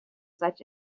such